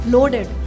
Loaded